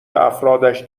افرادش